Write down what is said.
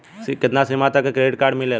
कितना सीमा तक के क्रेडिट कार्ड मिलेला?